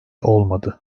olmadı